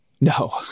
No